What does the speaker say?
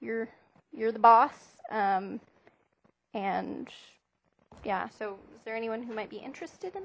you're you're the boss and yeah so is there anyone who might be interested in